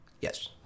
Yes